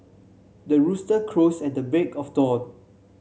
the rooster crows at the break of dawn